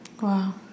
Wow